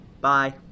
bye